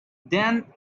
then